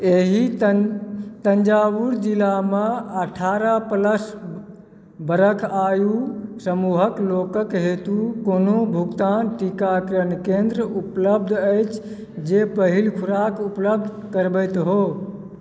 एहि तंजौर जिलामे अठारह प्लस वर्ष आयु समूहक लोकक हेतु कोनो भुगतान टीकाकरण केंद्र उपलब्ध अछि जे पहिल खुराक उपलब्ध करबैत हो